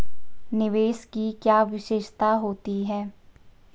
निवेश की क्या विशेषता होती है?